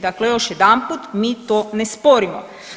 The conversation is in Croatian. Dakle još jedanput, mi to ne sporimo.